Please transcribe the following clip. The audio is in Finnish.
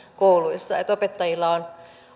kouluissa että opettajilla on